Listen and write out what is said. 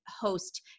host